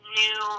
new